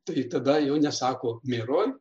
tai tada jau nesako miroi